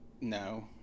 no